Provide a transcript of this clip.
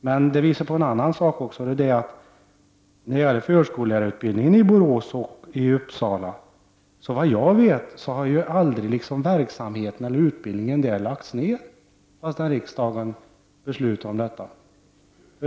När det gäller förskolelärarutbildningen i Borås och Uppsala har dock verksamheten och utbildningen aldrig lagts ned fastän riksdagen beslutade om detta.